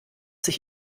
sich